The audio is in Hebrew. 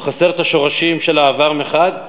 הוא חסר את השורשים של העבר מחד,